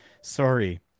sorry